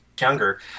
younger